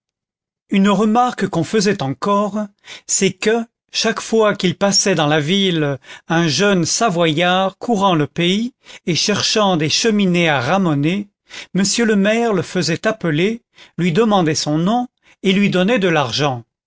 une remarque qu'on faisait encore c'est que chaque fois qu'il passait dans la ville un jeune savoyard courant le pays et cherchant des cheminées à ramoner m le maire le faisait appeler lui demandait son nom et lui donnait de l'argent